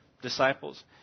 disciples